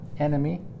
enemy